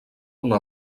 una